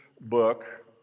book